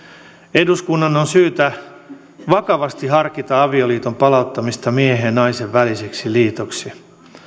eduskunnan on syytä vakavasti harkita avioliiton palauttamista miehen ja naisen väliseksi liitoksi